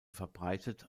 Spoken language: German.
verbreitet